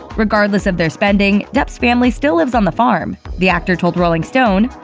regardless of their spending, depp's family still lives on the farm. the actor told rolling stone,